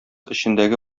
эчендәге